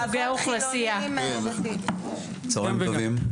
צוהריים טובים,